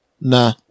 Nah